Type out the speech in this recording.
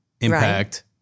impact